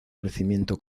crecimiento